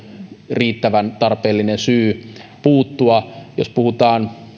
riittävän tarpeellinen syy puuttua jos puhutaan